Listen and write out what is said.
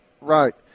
Right